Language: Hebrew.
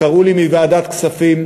קראו לי מוועדת הכספים,